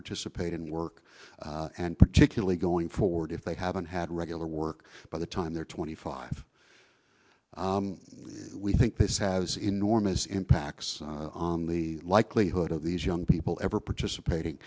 participate in work and particularly going forward if they haven't had regular work by the time they're twenty five we think this has enormous impacts on the likelihood of these young people ever participating